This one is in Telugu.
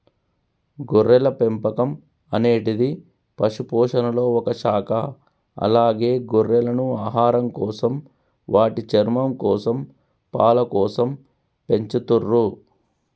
గొర్రెల పెంపకం అనేటిది పశుపోషణలొ ఒక శాఖ అలాగే గొర్రెలను ఆహారంకోసం, వాటి చర్మంకోసం, పాలకోసం పెంచతుర్రు